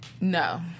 No